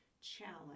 challenge